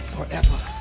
Forever